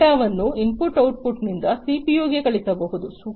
ಡೇಟಾವನ್ನು input output ನಿಂದ ಸಿಪಿಯುಗೆ ಕಳುಹಿಸಬಹುದು